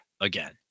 again